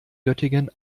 göttingen